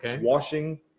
washing